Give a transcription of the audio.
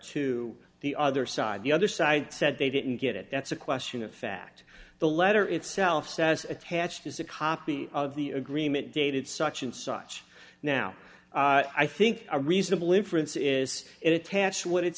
to the other side the other side said they didn't get it that's a question of fact the letter itself says attached is a copy of the agreement dated such and such now i think a reasonable inference is it attach what it